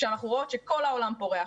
בזמן שאנחנו רואות את כל העולם פורח.